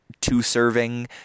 two-serving